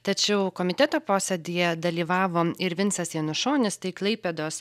tačiau komiteto posėdyje dalyvavo ir vincas janušonis tai klaipėdos